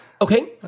Okay